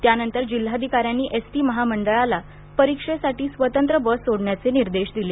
त्यानंतर जिल्हाधिकाऱ्यांनी एसटी महामंडळाला परीक्षेसाठी स्वतंत्र बस सोडण्याचे निर्देश दिले